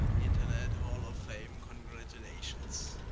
ah internet hall of fame, congratulations.